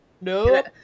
No